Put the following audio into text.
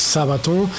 Sabaton